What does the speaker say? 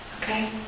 okay